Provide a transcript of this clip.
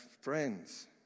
friends